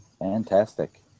Fantastic